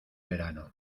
verano